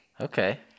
Okay